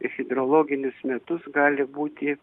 hidrologinius metus gali būti